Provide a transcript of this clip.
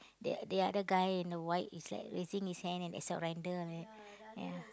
the the other guy in the white he's like raising his hand in a surrender like that ya